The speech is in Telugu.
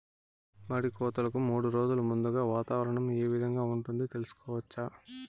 మడి కోతలకు మూడు రోజులు ముందుగా వాతావరణం ఏ విధంగా ఉంటుంది, తెలుసుకోవచ్చా?